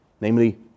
namely